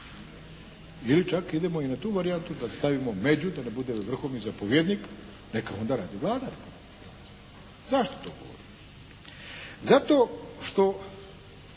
ili čak idemo i na tu varijantu da stavimo među da ne bude vrhovni zapovjednik, neka onda radi Vlada Republike Hrvatske.